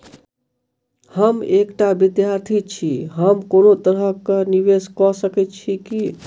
हम एकटा विधार्थी छी, हम कोनो तरह कऽ निवेश कऽ सकय छी की?